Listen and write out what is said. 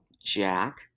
Jack